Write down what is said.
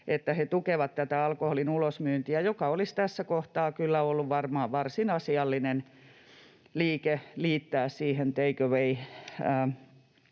että he tukevat tätä alkoholin ulosmyyntiä, joka olisi tässä kohtaa kyllä ollut varmaan varsin asiallinen liike liittää siihen take away